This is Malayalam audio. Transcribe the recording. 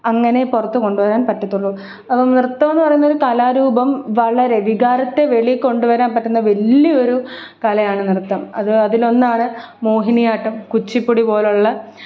അങ്ങനെ പുറത്ത് കൊണ്ടുവരാൻ പറ്റത്തുള്ളൂ അപ്പം നൃത്തമെന്ന് പറയുന്ന ഒരു കലാരൂപം വളരെ വികാരത്തെ വെളിയിൽ കൊണ്ടുവരാൻ പറ്റുന്ന വലിയൊരു കലയാണ് നൃത്തം അത് അതിലൊന്നാണ് മോഹിനിയാട്ടം കുച്ചിപ്പുടിപോലുള്ള